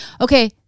okay